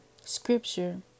scripture